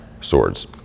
swords